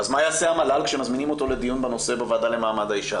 אז מה יעשה המל"ל כשמזמינים אותו לדיון בנושא בוועדה למעמד האישה?